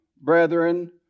brethren